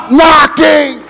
knocking